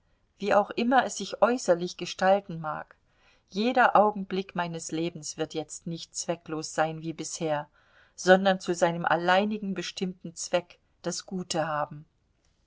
wie auch immer es sich äußerlich gestalten mag jeder augenblick meines lebens wird jetzt nicht zwecklos sein wie bisher sondern zu seinem alleinigen bestimmten zweck das gute haben